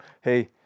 hey